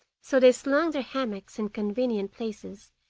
so they slung their hammocks in convenient places,